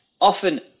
often